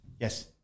Yes